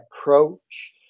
approach